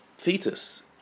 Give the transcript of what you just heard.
Fetus